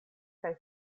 kaj